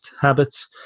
habits